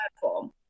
platform